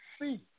see